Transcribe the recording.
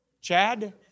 Chad